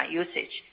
usage 。